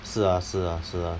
是啊是啊是啊